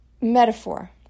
metaphor